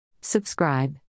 Subscribe